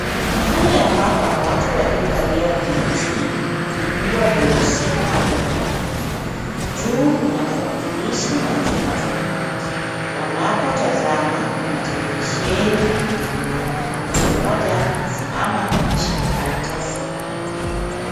Mahali hapa pana watu waliokalia viti vikubwa vyeusi kando ya meza. Juu kuna tarakislishi na chupa za maji. Wanapotazama kuna televisheni kubwa. Mtu mmoja amesimama ameshika karatasi mkononi.